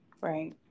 Right